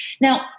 Now